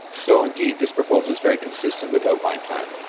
so indeed this proposal is very consistent with outlined plan.